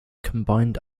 combined